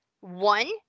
One